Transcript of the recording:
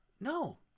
No